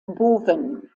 bowen